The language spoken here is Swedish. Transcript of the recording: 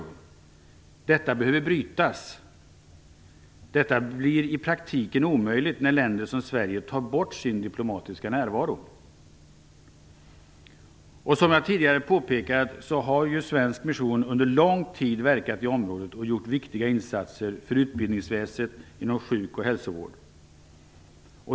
Denna relation behöver brytas, men det blir i det närmaste omöjligt när länder som Sverige tar bort sin diplomatiska närvaro. Som jag tidigare påpekade har svensk mission under lång tid verkat i området och gjort viktiga insatser för utbildningsväsen och inom sjuk och hälsovård.